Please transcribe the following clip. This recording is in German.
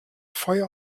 feuer